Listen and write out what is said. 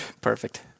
Perfect